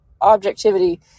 objectivity